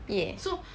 ya